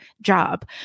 job